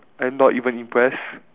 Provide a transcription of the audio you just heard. I'm not even impress